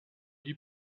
die